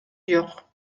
жок